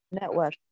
network